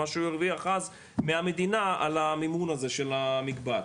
ממה שהוא הרוויח אז מהמדינה על המימון הזה של המקבץ,